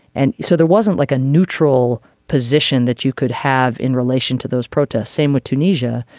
and so there wasn't like a neutral position that you could have in relation to those protests. same with tunisia.